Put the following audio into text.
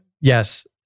Yes